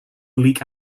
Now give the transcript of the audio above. bleak